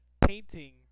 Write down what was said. painting